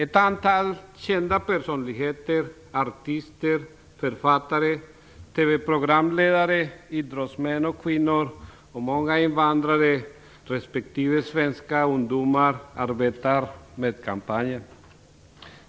TV-programledare, idrottsmän och kvinnor - och många invandrarungdomar och svenska ungdomar arbetar med kampanjen.